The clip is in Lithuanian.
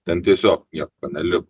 ten tiesiog nieko neliko